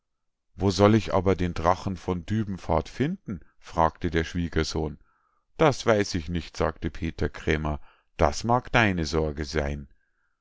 wo soll ich aber den drachen von dübenfahrt finden fragte der schwiegersohn das weiß ich nicht sagte peter krämer das mag deine sorge sein